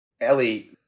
ellie